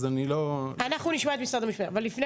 אז אני לא --- אנחנו נשמע את משרד המשפטים אבל לפני